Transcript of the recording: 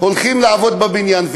הולכים לעבוד בבניין.